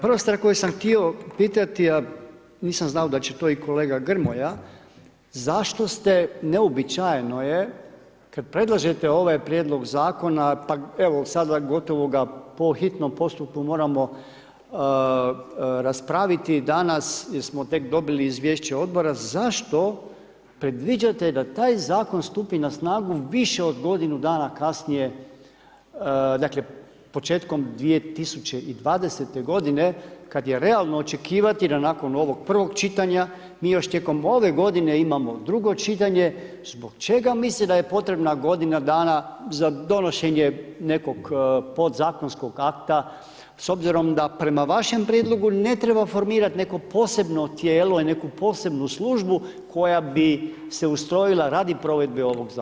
Prva stvar koju sam htio pitati, a nisam znao ni da će to kolega Grmoja, zašto se neobičajno je, kada predlažete ovaj prijedlog zakona, pa evo, sada gotovo ga po hitnom postupku moramo raspraviti, danas jer smo tek dobili izvješće odbora, zašto predviđate da taj zakon stupi na snagu više od godinu danas kasnije, dakle početkom 2020. g. kada je realno očekivati da mi nakon prvog čitanja, mi tijekom ove g. imamo drugo čitanje, zbog čega misle da je potrebna godina dana za donošenje nekog podzakonskog akta, s obzirom da prema vašem prijedlogu, ne treba formirati, neko posebno tijelo, neku posebnu službu, koja bi se ustrojila radi provedbe ovog zakona.